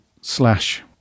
slash